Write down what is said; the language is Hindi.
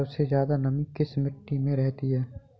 सबसे ज्यादा नमी किस मिट्टी में रहती है?